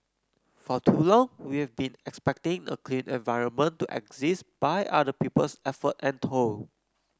for too long we've been expecting a clean environment to exist by other people's effort and toil